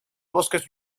bosques